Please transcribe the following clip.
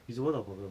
你怎么懂 confirm